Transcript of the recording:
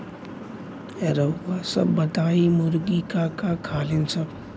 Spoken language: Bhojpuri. रउआ सभ बताई मुर्गी का का खालीन सब?